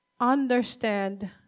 understand